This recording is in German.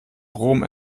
brom